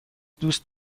دوست